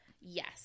Yes